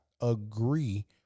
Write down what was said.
agree